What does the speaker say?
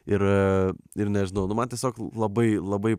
ir ir nežinau nu man tiesiog labai labai